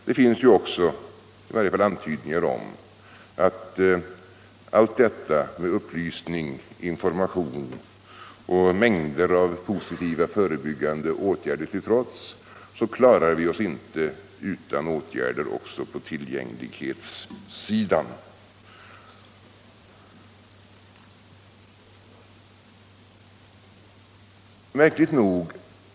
Det finns också i varje fall antydningar om att allt detta med upplysning, information och mängder av positiva förebyggande åtgärder till trots, klarar vi oss inte utan åtgärder som har med tillgängligheten att göra.